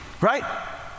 Right